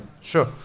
Sure